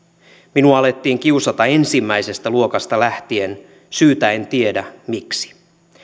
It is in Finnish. minua alettiin kiusata ensimmäisestä luokasta lähtien syytä en tiedä miksi